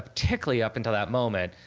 particularly up until that moment,